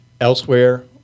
elsewhere